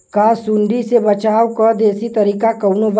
का सूंडी से बचाव क देशी तरीका कवनो बा?